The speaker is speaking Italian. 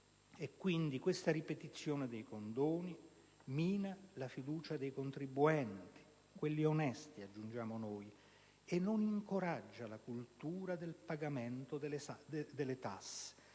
Coulton, «la ripetizione dei condoni mina la fiducia dei contribuenti» (quelli onesti, aggiungiamo noi) «e non incoraggia la cultura del pagamento delle tasse».